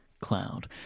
cloud